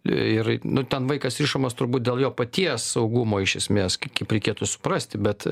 ir nu ten vaikas rišamas turbūt dėl jo paties saugumo iš esmės kaip reikėtų suprasti bet